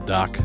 Doc